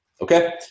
Okay